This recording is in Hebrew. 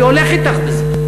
אני הולך אתך בזה.